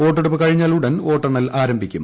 വോട്ടെടുപ്പ് കഴിഞ്ഞാലുടൻ വോട്ടെണ്ണൽ ആരംഭിക്കും